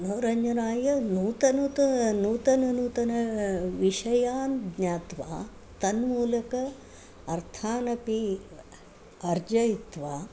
मनोरञ्जनाय नूतनूतना नूतननूतनान् विषयान् ज्ञात्वा तन्मूलकान् अर्थानपि अर्जयित्वा